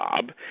job